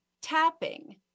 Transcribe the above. tapping